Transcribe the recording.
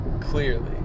clearly